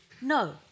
No